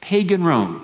pagan rome